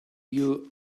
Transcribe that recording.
you